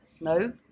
no